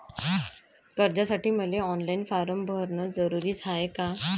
कर्जासाठी मले online form भरन जरुरीच हाय का?